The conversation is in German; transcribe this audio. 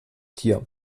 tier